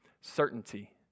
certainty